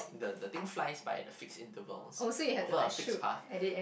the the thing flies by at a fixed intervals over a fixed path